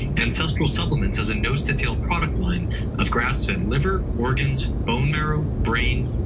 ancestral supplements has a nose to tail product line of grass-fed liver, organs, bone marrow, brain,